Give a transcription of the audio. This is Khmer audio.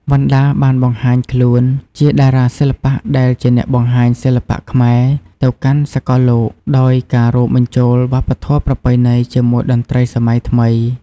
វណ្ណដាបានបង្ហាញខ្លួនជាតារាសិល្បៈដែលជាអ្នកបង្ហាញសិល្បៈខ្មែរទៅកាន់សកលលោក ដោយការរួមបញ្ចូលវប្បធម៌ប្រពៃណីជាមួយតន្ត្រីសម័យថ្មី។